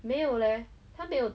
没有 leh 他没有